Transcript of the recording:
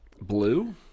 Blue